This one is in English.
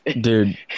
dude